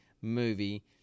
movie